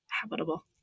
habitable